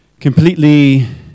completely